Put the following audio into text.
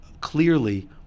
clearly